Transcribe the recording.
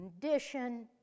condition